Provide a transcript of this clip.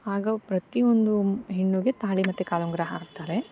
ಆಗೋ ಪ್ರತಿಯೊಂದು ಹೆಣ್ಣಿಗೆ ತಾಳಿ ಮತ್ತು ಕಾಲುಂಗುರ ಹಾಕ್ತಾರೆ